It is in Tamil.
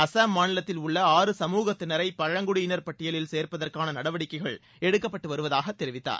அசாம் மாநிலத்தில் உள்ள ஆறு சமூகத்தினரை பழங்குடியினர் பட்டியலை சேரப்பதற்கான நடவடிக்கைகள் எடுக்கப்பட்டு வருவதாக தெரிவித்தார்